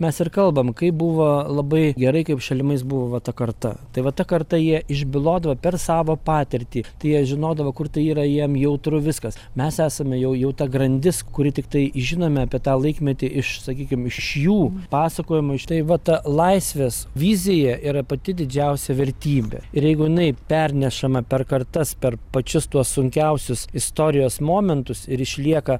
mes ir kalbam kaip buvo labai gerai kaip šalimais buvo ta karta tai va ta karta jie išbylodavo per savo patirtį tai jie žinodavo kur tai yra jiem jautru viskas mes esame jau jau ta grandis kuri tiktai žinome apie tą laikmetį iš sakykim iš jų pasakojimų iš tai va ta laisvės vizija yra pati didžiausia vertybė ir jeigu jinai pernešama per kartas per pačius tuos sunkiausius istorijos momentus ir išlieka